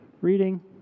reading